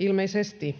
ilmeisesti